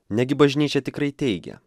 negi bažnyčia tikrai teigia